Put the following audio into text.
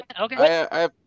Okay